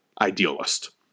idealist